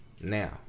Now